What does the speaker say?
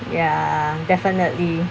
ya definitely